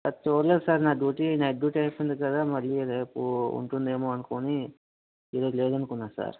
sir చూడలేదు sir నా duty night duty అనేసి ఉంది కదా మరి రేపు ఉంటుందేమో అనుకొని ఈరోజు లేదనుకున్న సార్